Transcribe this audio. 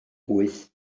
wyth